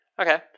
Okay